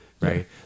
right